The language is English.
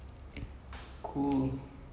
eighties or nineties I think eighties